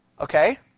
Okay